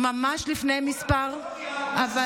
כל, ממש לפני מספר, שלא.